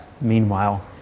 Meanwhile